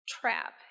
trap